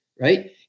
right